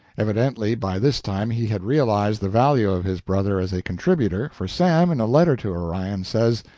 evidently by this time he had realized the value of his brother as a contributor, for sam, in a letter to orion, says,